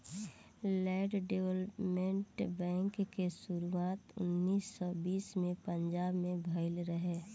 land development bank के शुरुआत उन्नीस सौ बीस में पंजाब में भईल रहे